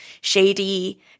shady